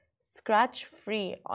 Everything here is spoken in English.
scratch-free